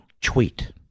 tweet